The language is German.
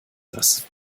das